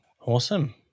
awesome